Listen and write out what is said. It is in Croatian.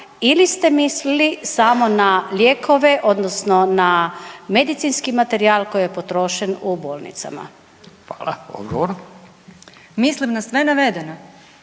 ili ste mislili samo na lijekove, odnosno na medicinski materijal koji je potrošen u bolnicama? **Radin, Furio (Nezavisni)**